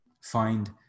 Find